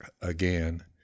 again